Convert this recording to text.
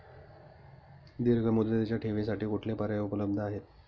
दीर्घ मुदतीच्या ठेवींसाठी कुठले पर्याय उपलब्ध आहेत?